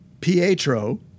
Pietro